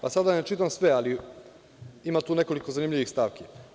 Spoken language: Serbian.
Da sada ne čitam sve, ali ima tu nekoliko zanimljivih stavki.